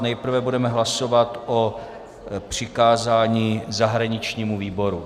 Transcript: Nejprve budeme hlasovat o přikázání zahraničnímu výboru.